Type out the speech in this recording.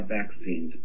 vaccines